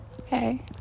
okay